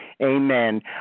Amen